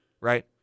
right